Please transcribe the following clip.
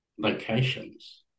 locations